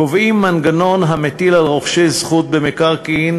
קובעים מנגנון המטיל על רוכשי זכות במקרקעין